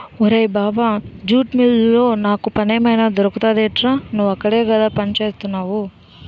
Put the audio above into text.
అరేయ్ బావా జూట్ మిల్లులో నాకు పనేమైనా దొరుకుతుందెట్రా? నువ్వక్కడేగా పనిచేత్తున్నవు